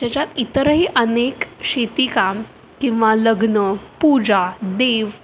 ज्याच्यात इतरही अनेक शेतीकाम किंवा लग्न पूजा देव